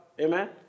Amen